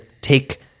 take